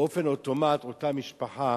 באופן אוטומטי אותה משפחה